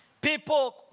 people